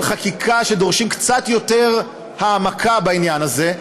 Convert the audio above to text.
חקיקה שדורשות קצת יותר העמקה בעניין הזה,